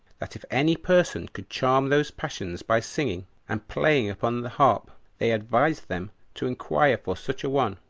that if any person could charm those passions by singing, and playing upon the harp, they advised them to inquire for such a one,